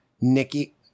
Nikki